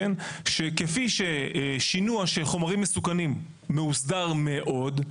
כפי ששינוע של חומרים מסוכנים מאוסדר מאוד,